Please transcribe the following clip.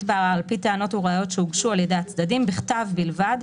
בערר על פי טענות וראיות שהוגשו על ידי הצדדים בכתב בלבד,